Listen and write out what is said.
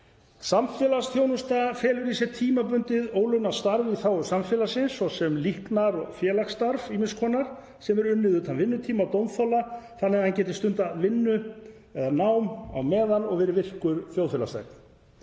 Samfélagsþjónusta felur í sér tímabundið ólaunað starf í þágu samfélagsins, svo sem líknar- eða félagsstarf ýmiss konar, sem er unnið utan vinnutíma dómþola þannig að hann geti stundað atvinnu sína eða nám á meðan og verið virkur þjóðfélagsþegn.